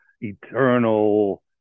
eternal